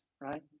right